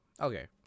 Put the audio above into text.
Okay